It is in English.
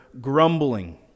Grumbling